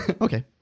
Okay